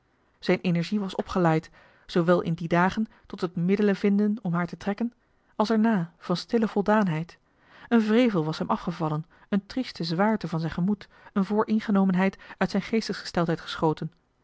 zijn energie was opgelaaid zoowel in die dagen tot het middelenvinden om haar te trekken als erna van stille voldaanheid een wrevel was van hem afgevallen een trieste zwaarte van zijn gemoed een vooringenomenheid uit zijn geestesgesteldheid geschoten